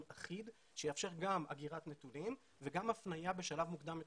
אחיד שיאפשר גם אגירת נתונים וגם הפנייה בשלב מוקדם יותר.